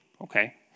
okay